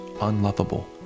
unlovable